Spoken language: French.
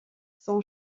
son